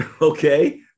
Okay